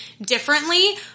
differently